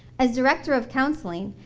as director of counseling,